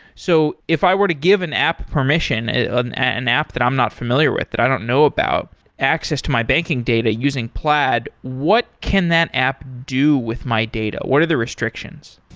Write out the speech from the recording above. so if i were to give an app permission, an an app that i'm not familiar with, that i don't know about, access to my banking data using plaid, what can that app do with my data? what are the restrictions?